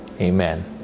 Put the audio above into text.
Amen